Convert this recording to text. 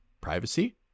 privacy